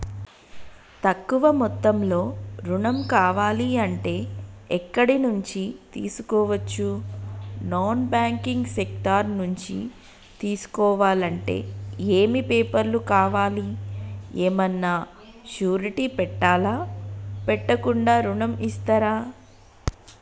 తక్కువ మొత్తంలో ఋణం కావాలి అంటే ఎక్కడి నుంచి తీసుకోవచ్చు? నాన్ బ్యాంకింగ్ సెక్టార్ నుంచి తీసుకోవాలంటే ఏమి పేపర్ లు కావాలి? ఏమన్నా షూరిటీ పెట్టాలా? పెట్టకుండా ఋణం ఇస్తరా?